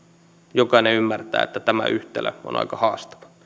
jokainen ymmärtää että tämä yhtälö on aika haastava